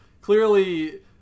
clearly